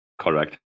Correct